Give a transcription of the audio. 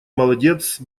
молодец